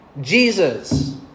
Jesus